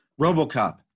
Robocop